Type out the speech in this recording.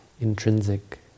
intrinsic